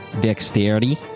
dexterity